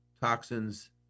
toxins